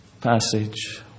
passage